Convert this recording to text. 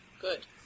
Good